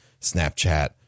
Snapchat